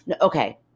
okay